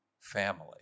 family